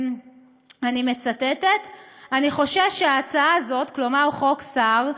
אני מצטטת: "אני חושש שההצעה הזאת" כלומר חוק סער,